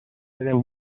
eren